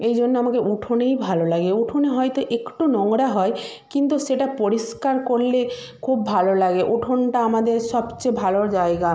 এজন্য আমাকে উঠোনেই ভালো লাগে উঠোনে হয়তো একটু নোংরা হয় কিন্তু সেটা পরিষ্কার করলে খুব ভালো লাগে উঠোনটা আমাদের সবচেয়ে ভালো জায়গা